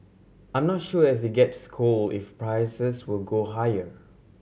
I'm not sure as it gets cold if prices will go higher